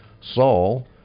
Saul